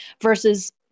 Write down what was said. versus